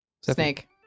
Snake